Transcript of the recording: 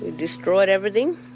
ah destroyed everything.